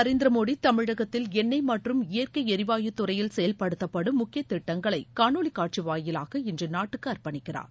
நரேந்திர மோடி தமிழகத்தில் எண்ணெய் மற்றும் இயற்கை எரிவாயு துறையில் செயல்படுத்தப்படும் முக்கிய திட்டங்களை காணொலிக் காட்சி வாயிலாக இன்று நாட்டுக்கு அர்ப்பணிக்கிறார்